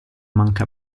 manca